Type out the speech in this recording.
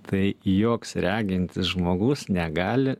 tai joks regintis žmogus negali